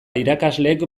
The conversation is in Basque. irakasleek